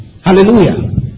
Hallelujah